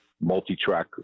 multi-track